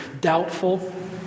doubtful